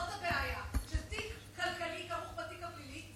זאת הבעיה, שתיק כלכלי כרוך בתיק פלילי.